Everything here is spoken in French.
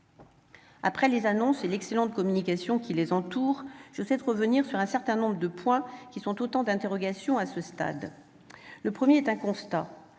Passé les annonces et l'excellente communication qui les entoure, je souhaite revenir sur un certain nombre de points qui sont, à ce stade, autant d'interrogations. Le premier est un constat